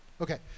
Okay